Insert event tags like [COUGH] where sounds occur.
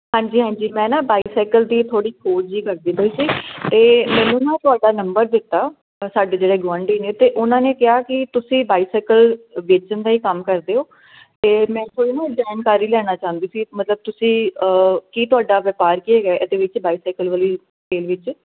ਹਾਂਜੀ ਹਾਂਜੀ ਮੈਂ ਨਾ ਬਾਈਸਾਈਕਲ ਦੀ ਥੋੜ੍ਹੀ ਖੋਜ ਜਿਹੀ ਕਰਦੀ ਪਈ ਸੀ ਅਤੇ ਮੈਨੂੰ ਨਾ ਤੁਹਾਡਾ ਨੰਬਰ ਦਿੱਤਾ ਸਾਡੇ ਜਿਹੜੇ ਗੁਆਂਢੀ ਨੇ ਅਤੇ ਉਹਨਾਂ ਨੇ ਕਿਹਾ ਕਿ ਤੁਸੀਂ ਬਾਈਸਾਈਕਲ ਵੇਚਣ ਦਾ ਹੀ ਕੰਮ ਕਰਦੇ ਹੋ ਅਤੇ ਮੈਂ ਕੋਈ ਨਾ ਜਾਣਕਾਰੀ ਲੈਣਾ ਚਾਹੁੰਦੀ ਸੀ ਮਤਲਬ ਤੁਸੀਂ ਕੀ ਤੁਹਾਡਾ ਵਪਾਰ ਕੀ ਹੈਗਾ ਇਹਦੇ ਵਿੱਚ ਬਾਈਸਾਈਕਲ ਵਾਲੀ [UNINTELLIGIBLE] ਵਿੱਚ